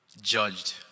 judged